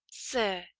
sir,